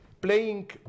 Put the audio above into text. playing